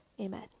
Amen